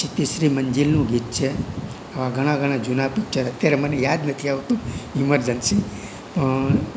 પછી તીસરી મંઝિલનું ગીત છે આવા ઘણા ઘણા જૂના પિક્ચર અત્યારે મને યાદ નથી આવતું ઇમર્જન્સી